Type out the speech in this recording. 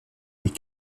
mais